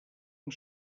amb